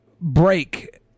break